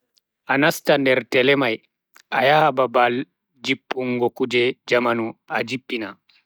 A nasta nder tele mai, a yaha babal jippungo kuje jamanu, a jippini.